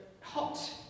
hot